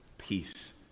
Peace